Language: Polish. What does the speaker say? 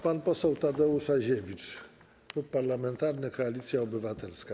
Pan poseł Tadeusz Aziewicz, Klub Parlamentarny Koalicja Obywatelska.